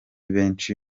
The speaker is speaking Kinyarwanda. benshi